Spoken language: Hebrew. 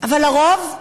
אבל לרוב,